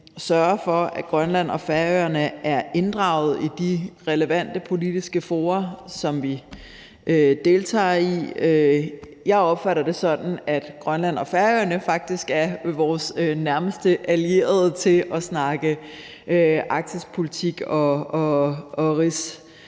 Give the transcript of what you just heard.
sørger for, at Grønland og Færøerne er inddraget i de relevante politiske fora, som vi deltager i. Jeg opfatter det sådan, at Grønland og Færøerne faktisk er vores nærmeste allierede til at snakke arktisk politik og